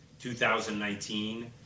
2019